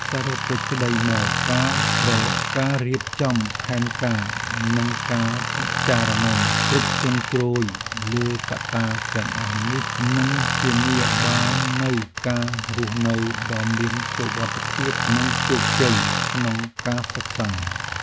សរុបសេចក្តីមក ការរៀបចំផែនការ និងការពិចារណាគ្រប់ជ្រុងជ្រោយលើកត្តាទាំងអស់នេះ នឹងធានាបាននូវការរស់នៅដ៏មានសុវត្ថិភាព និងជោគជ័យក្នុងការសិក្សា។